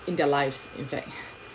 in their lives in fact